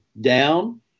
down